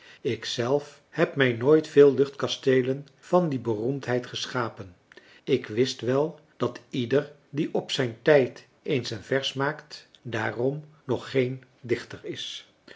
zelf heb mij nooit veel luchtkasteelen van die bemarcellus emants een drietal novellen roemdheid geschapen ik wist wel dat ieder die op zijn tijd eens een vers maakt daarom nog geen dichter is